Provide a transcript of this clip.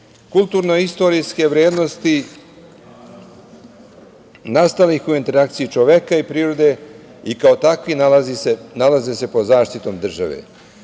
procesa. Kulturnoistorijske vrednosti nastale su u interakciji čoveka i prirode i kao takve nalaze se pod zaštitom države.